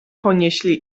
ponieśli